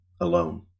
alone